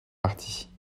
partie